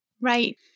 Right